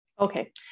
Okay